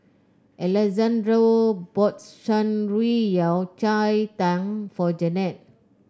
Alexandro bought Shan Rui Yao Cai Tang for Janette